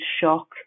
shock